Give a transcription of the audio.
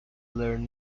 learn